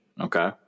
Okay